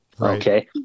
Okay